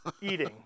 eating